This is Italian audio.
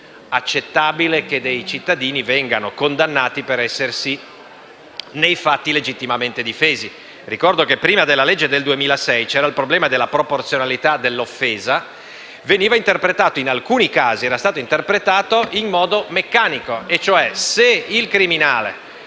Non è accettabile che dei cittadini vengano condannati per essersi nei fatti legittimamente difesi. Ricordo che, prima della legge del 2006, c'era il problema della proporzionalità dell'offesa e, in alcuni casi, la norma era stata interpretata in modo meccanico: se il criminale